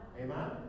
Amen